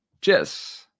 Cheers